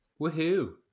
Woohoo